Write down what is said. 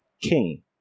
King